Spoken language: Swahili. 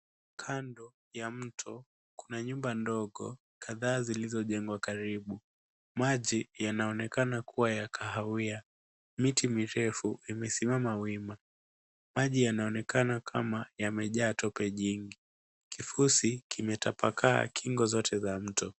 Kando ya mto kuna nyumba ndogo kadhaa zilizojengwa karibu. Maji yanaonekana kuwa ya kahawia. Miti mirefu imesimama wima. Maji yanaonekana kama yamejaa tope jingi. kifusi kimetapakaa kingo zote za mto.